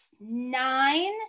nine